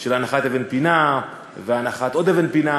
של הנחת אבן פינה והנחת עוד אבן פינה,